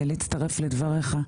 להצטרף לדבריך,